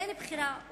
ובין בחירה לבחירה,